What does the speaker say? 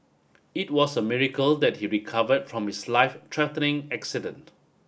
it was a miracle that he recovered from his life threatening accident